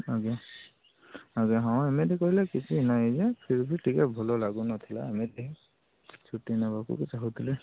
ଆଜ୍ଞା ଆଜ୍ଞା ହଁ ଏମିତି କହିଲେ କିଛି ନାହିଁ ଯେ ଫିର୍ ଭି ଟିକେ ଭଲ ଲାଗୁନଥିଲା ଏମିତି ଛୁଟି ନେବାକୁ ବି ଚାହୁଁଥିଲି